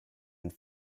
and